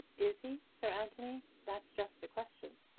is he, sir anthony? that's just the question.